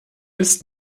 ist